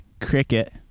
cricket